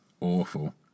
awful